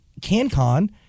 CanCon